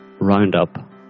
roundup